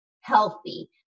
healthy